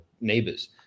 neighbors